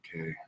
okay